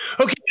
Okay